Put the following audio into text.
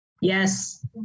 Yes